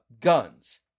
guns